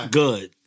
good